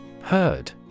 Heard